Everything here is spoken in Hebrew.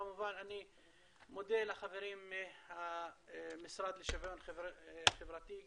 כמובן אני מודה לחברים במשרד לשוויון חברתי,